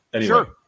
Sure